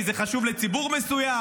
כי זה חשוב לציבור מסוים.